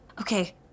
Okay